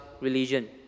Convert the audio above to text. religion